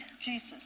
Jesus